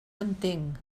entenc